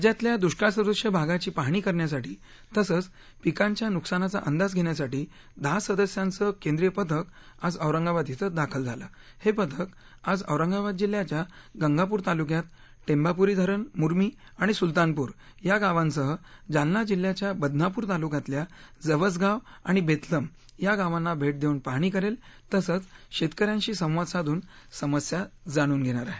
राज्यातल्या दुष्काळसदृश भागाची पाहणी करण्यासाठी तसंच पिकांच्या नुकसानाचा अंदाज घेण्यासाठी दहा सदस्यांच केंद्रीय पथक आज औरंगाबाद इथं दाखल झालं हे पथक आज औरंगाबाद जिल्ह्याच्या गंगापूर तालुक्यात टेंभापूरी धरण मुर्मी आणि सुलतानपूर या गावांसह जालना जिल्ह्याच्या बदनापूर तालुक्यातल्या जवसगाव आणि बेथलम या गावांना भेट देऊन पाहणी करेल तसंच शेतकऱ्यांशी संवाद साधून समस्या जाणून घेणार आहे